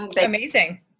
Amazing